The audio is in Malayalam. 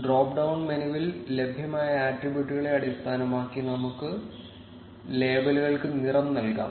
ഡ്രോപ്പ് ഡൌൺ മെനുവിൽ ലഭ്യമായ ആട്രിബ്യൂട്ടുകളെ അടിസ്ഥാനമാക്കി നമുക്ക് ലേബലുകൾക്ക് നിറം നൽകാം